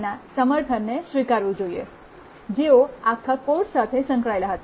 ના સમર્થનને સ્વીકારીએ છીએ જેઓ આખા કોર્સ સાથે સંકળાયેલા હતા